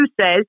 says